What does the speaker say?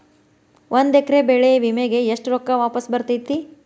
ಒಂದು ಎಕರೆ ಬೆಳೆ ವಿಮೆಗೆ ಎಷ್ಟ ರೊಕ್ಕ ವಾಪಸ್ ಬರತೇತಿ?